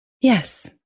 Yes